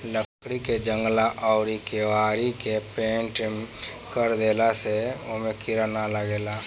लकड़ी के जंगला अउरी केवाड़ी के पेंनट कर देला से ओमे कीड़ा ना लागेलसन